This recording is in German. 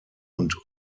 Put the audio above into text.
und